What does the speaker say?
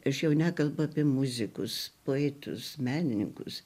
aš jau nekalbu apie muzikus poetus menininkus